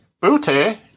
booty